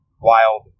wild